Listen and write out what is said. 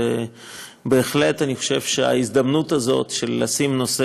ואני בהחלט חושב שההזדמנות הזאת לשים את נושא